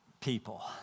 people